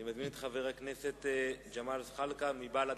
אני מזמין את חבר הכנסת ג'מאל זחאלקה מבל"ד.